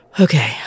Okay